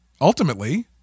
ultimately